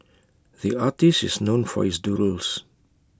the artist is known for his doodles